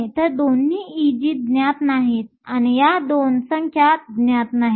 तर दोन्ही Eg ज्ञात नाहीत आणि या 2 संख्या ज्ञात नाहीत